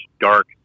dark